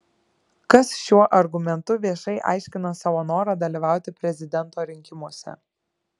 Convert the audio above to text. kas šiuo argumentu viešai aiškina savo norą dalyvauti prezidento rinkimuose